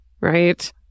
Right